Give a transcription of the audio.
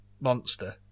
monster